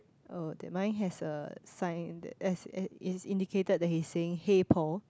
oh that mine has a sign that has it's indicated that he's saying hey Paul